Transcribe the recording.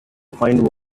find